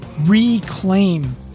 reclaim